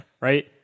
Right